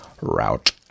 route